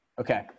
Okay